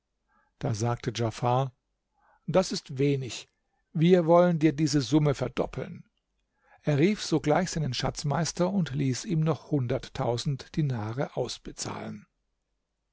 da sagte djafar das ist wenig wir wollen dir diese summe verdoppeln er rief sogleich seinen schatzmeister und ließ ihm noch hunderttausend dinare ausbezahlen